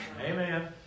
Amen